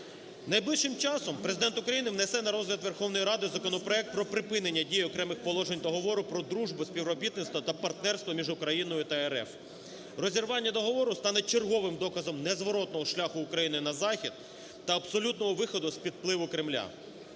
Найближчим часом Президент України внесе на розгляд Верховної Ради законопроект про припинення дій окремих положень Договору про дружбу, співробітництво та партнерство між Україною та РФ. Розірвання договору стане черговим доказом незворотного шляху України на захід та абсолютного виходу з-під впливу Кремля.